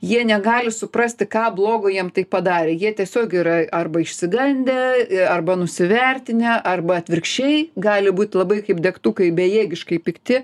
jie negali suprasti ką blogo jiem tai padarė jie tiesiog yra arba išsigandę arba nusivertinę arba atvirkščiai gali būt labai kaip degtukai bejėgiškai pikti